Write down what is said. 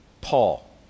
Paul